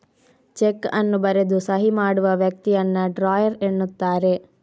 check ಅನ್ನು ಬರೆದು ಸಹಿ ಮಾಡುವ ವ್ಯಕ್ತಿಯನ್ನ ಡ್ರಾಯರ್ ಎನ್ನುತ್ತಾರೆ